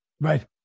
Right